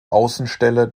außenstelle